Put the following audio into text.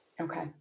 Okay